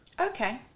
Okay